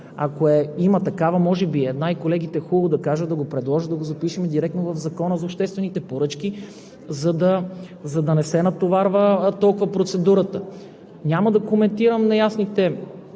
Ако има такава, може би е една и колегите е хубаво да кажат, да го предложат и да го запишем директно в Закона за обществените поръчки, за да не се натоварва толкова процедурата. Няма да коментирам неясните